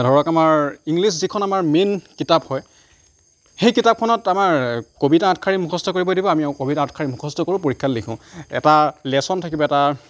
ধৰক আমাৰ ইংলিছ যিখন আমাৰ মেইন কিতাপ হয় সেই কিতাপখনত আমাৰ কবিতা আঠশাৰী মুখস্থ কৰিব দিব আমি কবিতা আঠশাৰী মুখস্থ কৰোঁ পৰীক্ষাত লিখোঁ এটা লেছন থাকিব এটা